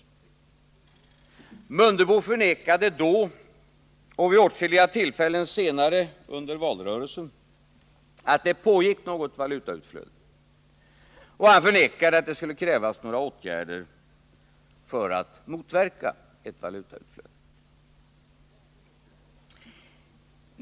Herr Mundebo förnekade då — och vid åtskilliga tillfällen senare under valrörelsen — att det pågick något valutautflöde, och han förnekade att det skulle krävas några åtgärder för att motverka ett valutautflöde.